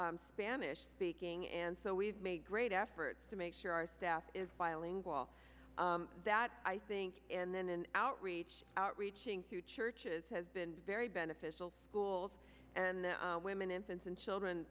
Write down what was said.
spanish speaking and so we've made great efforts to make sure our staff is bilingual that i think and then an outreach outreaching through churches has been very beneficial schools and women infants and children